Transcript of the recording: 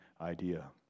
idea